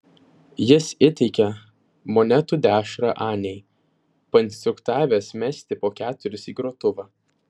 jis įteikė monetų dešrą anei painstruktavęs mesti po keturis į grotuvą